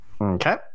Okay